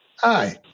Hi